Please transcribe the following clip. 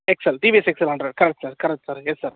excel TVS excel hundred correct sir collect sir yes sir